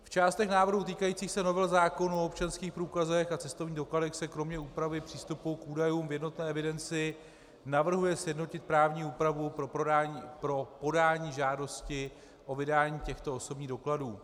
V částech návrhu týkajících se novel zákonů o občanských průkazech a cestovních dokladech se kromě úpravy přístupu k údajům v jednotné evidenci navrhuje sjednotit právní úpravu pro podání žádosti o vydání těchto osobních dokladů.